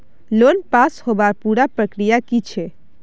Loan pass होबार पुरा प्रक्रिया की छे?